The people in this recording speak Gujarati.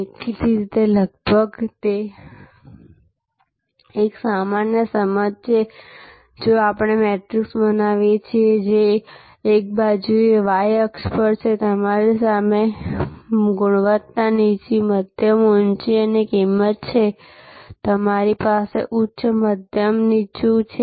દેખીતી રીતે આ લગભગ એક સામાન્ય સમજ છે કે જો આપણે મેટ્રિક્સ બનાવીએ જે એક બાજુએતે y અક્ષ પર છે અમારી પાસે ગુણવત્તા નીચીમધ્યમ ઊંચી અને કિંમત છે અમારી પાસે ઉચ્ચ મધ્યમ નીચું છે